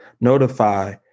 notify